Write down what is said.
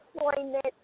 employment